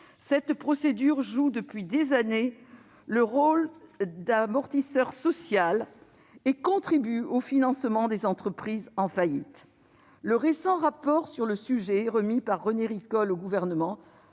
Cette procédure joue depuis des années un rôle d'amortisseur social et contribue au financement des entreprises en faillite. Le récent rapport sur le sujet remis par René Ricol au Gouvernement